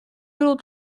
brutal